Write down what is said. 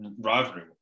rivalry